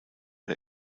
der